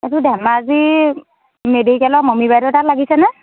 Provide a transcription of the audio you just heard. এইটো ধেমাজিৰ মেডিকেলত মমী বাইদেউ তাত লাগিছেনে